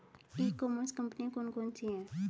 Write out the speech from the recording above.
ई commerce कंपनियाँ कौन कौन सी हैं?